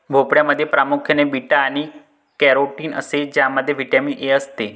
भोपळ्यामध्ये प्रामुख्याने बीटा आणि कॅरोटीन असते ज्यामध्ये व्हिटॅमिन ए असते